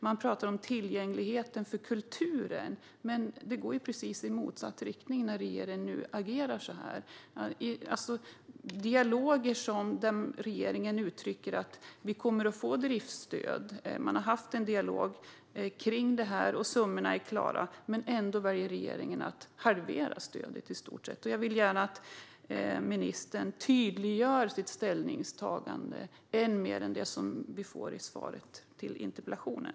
Man talar om tillgängligheten till kulturen, men när regeringen agerar så här går det ju i rakt motsatt riktning. Regeringen uttrycker att man kommer att få driftsstöd. Man har haft en dialog kring detta och summorna är klara, ändå väljer regeringen att i stort sett halvera stödet. Jag vill gärna att ministern tydliggör sitt ställningstagande än mer än det jag får i svaret på interpellationen.